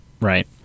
right